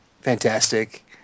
fantastic